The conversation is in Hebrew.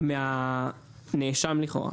מהנאשם לכאורה.